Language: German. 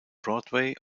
broadway